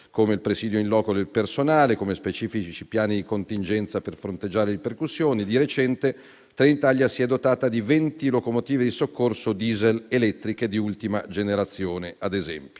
come il presidio *in loco* del personale, specifici piani di contingenza per fronteggiare ripercussioni, e di recente Trenitalia si è dotata di venti locomotive di soccorso diesel elettriche di ultima generazione, ad esempio.